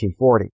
1940